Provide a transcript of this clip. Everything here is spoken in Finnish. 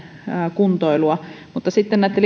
kuntoilua sitten näitten